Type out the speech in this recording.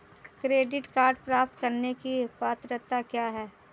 Credit card प्राप्त करने की पात्रता क्या है?